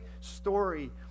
story